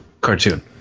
cartoon